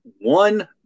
one